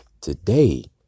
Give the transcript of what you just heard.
today